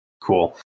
Cool